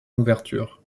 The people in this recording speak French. ouverture